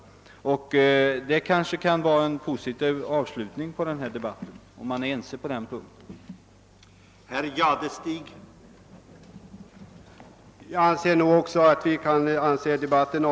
Det kanske kan vara en positiv avslutning på denna debatt, om vi kan ena oss på den punkten.